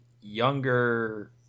younger